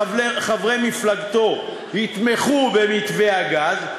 וחברי מפלגתו יתמכו במתווה הגז,